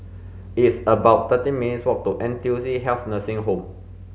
it's about thirteen minutes' walk to N T U C Health Nursing Home